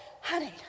honey